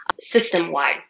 system-wide